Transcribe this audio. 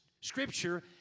scripture